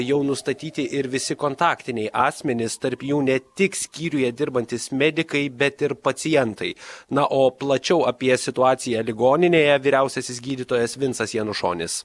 jau nustatyti ir visi kontaktiniai asmenys tarp jų ne tik skyriuje dirbantys medikai bet ir pacientai na o plačiau apie situaciją ligoninėje vyriausiasis gydytojas vincas janušonis